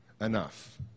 enough